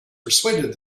persuaded